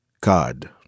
God